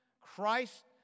Christ